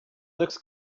looks